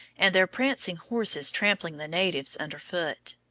and their prancing horses trampling the natives under foot.